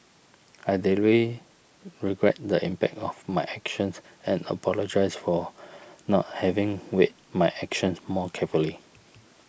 I deeply regret the impact of my actions and apologise for not having weighed my actions more carefully